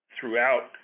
throughout